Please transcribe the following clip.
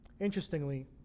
Interestingly